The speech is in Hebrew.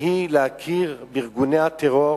היא להכיר בארגוני הטרור,